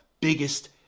biggest